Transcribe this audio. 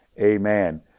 Amen